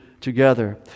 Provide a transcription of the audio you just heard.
together